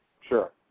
Sure